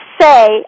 say